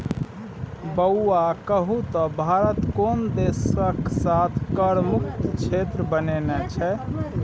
बौआ कहु त भारत कोन देशक साथ कर मुक्त क्षेत्र बनेने छै?